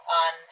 on